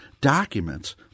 documents